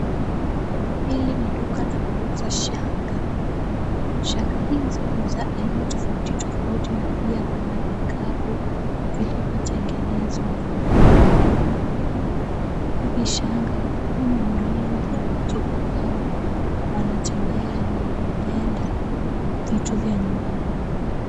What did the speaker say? Hili ni duka la kuuza shanga. Shanga hizi ni za aina tofauti tofauti na pia kuna vikapu vilivyotengenezwa nyumbani. Hizi shanga hununuliwa na watu ambao wanatembea na wanapenda vitu vya nyumbani.